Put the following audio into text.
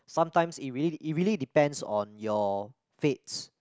sometimes it really it really depends on your fate